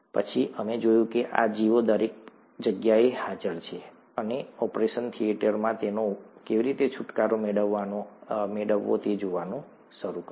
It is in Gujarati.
પછી અમે જોયું કે આ જીવો દરેક જગ્યાએ હાજર છે અને ઓપરેશન થિયેટરમાં તેમને કેવી રીતે છુટકારો મેળવવો તે જોવાનું શરૂ કર્યું